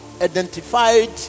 identified